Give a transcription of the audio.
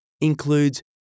includes